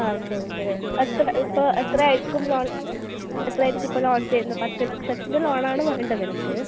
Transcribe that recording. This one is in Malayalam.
ആ ശരി ശരി എത്ര ഇപ്പോൾ എത്ര ആയിരിക്കും ലോൺ എത്രയായിരിക്കും ഇപ്പോൾ ലോൺ തരുന്നത് പത്ത് ലക്ഷത്തിൻ്റെ ലോണാണ് വേണ്ടത് എനിക്ക്